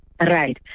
right